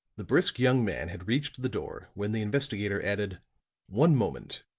the brisk young man had reached the door when the investigator added one moment.